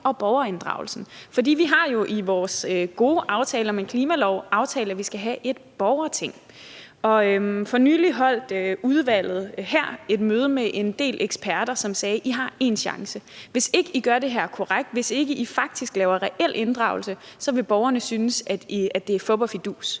og borgerinddragelsen. For vi har jo i vores gode aftale om en ny klimalov aftalt, at vi skal have et borgerting. For nylig holdt udvalget her et møde med en del eksperter, som sagde: I har én chance; hvis ikke I gør det her korrekt, hvis ikke I faktisk skaber reel inddragelse, så vil borgerne synes, at det er fup og fidus.